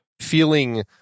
feeling